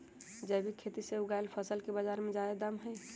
जैविक खेती से उगायल फसल के बाजार में जादे दाम हई